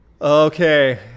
Okay